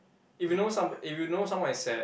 if you know someb~ if you know someone is sad